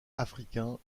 africain